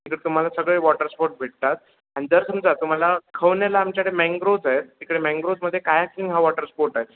तिकडं तुम्हाला सगळे वॉटर स्पोर्ट भेटतात आणि जर समजा तुम्हाला खवण्याला आमच्याकडे मँग्रोज आहे तिकडे मॅंग्रोजमध्ये कायाकिंग हा वॉटर स्पोर्ट आहे